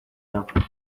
lanzas